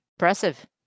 Impressive